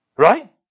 Right